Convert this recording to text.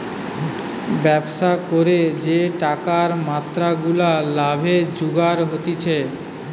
ব্যবসা করে যে টাকার মাত্রা গুলা লাভে জুগার হতিছে